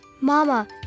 Mama